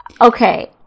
Okay